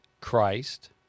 Christ